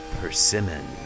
persimmon